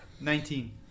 Nineteen